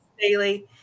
daily